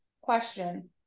question